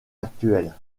actuelle